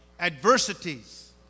adversities